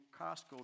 Costco